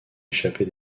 échapper